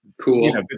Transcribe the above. cool